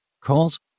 calls